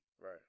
Right